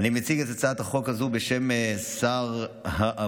אני מציג את הצעת החוק הזאת בשם שר העבודה,